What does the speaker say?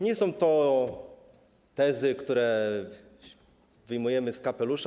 Nie są to tezy, które wyjmujemy z kapelusza.